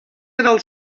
del